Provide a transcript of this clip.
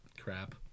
crap